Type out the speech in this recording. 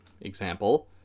example